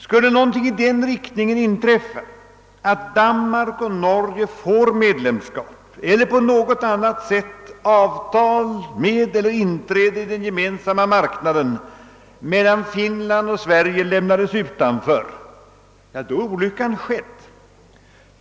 Skulle något i den riktningen inträffa, att Danmark och Norge får medlemskap eller på något annat sätt avtal med eller inträde i den Gemensamma marknaden, medan Finland och Sverige lämnades utanför — då är olyckan skedd.